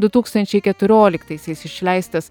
du tūkstančiai keturioliktaisiais išleistas